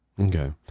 Okay